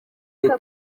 leta